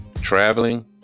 traveling